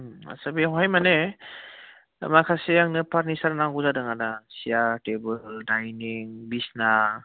आस्सा बेवहाय माने माखासे आंनो फार्निचार नांगौ जादों आदा सियार टेबोल डाइनिं बिसना